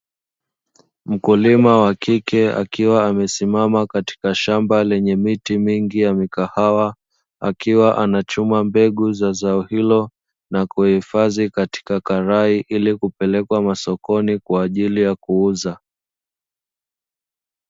Mkulima wa kike akiwa amesimama katika shamba lenye miti mingi ya mikahawa, akiwa anachuma mbegu za zao hilo na kuhifadhi katika karai ili kupelekwa masokoni kwa ajili ya kuuza.